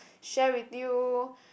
share with you